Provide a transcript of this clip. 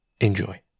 enjoy